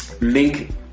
link